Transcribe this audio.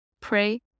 pray